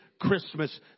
Christmas